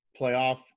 playoff